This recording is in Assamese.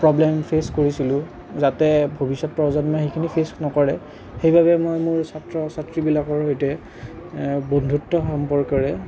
প্ৰব্লেম ফেছ কৰিছিলোঁ যাতে ভৱিষ্যত প্ৰজন্মই সেইখিনি ফেছ নকৰে সেইবাবে মই মোৰ ছাত্ৰ ছাত্ৰীবিলাকৰ সৈতে বন্ধুত্ব সম্পৰ্কৰে